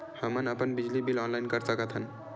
हमन अपन बिजली बिल ऑनलाइन कर सकत हन?